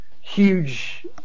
huge